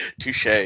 Touche